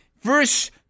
verse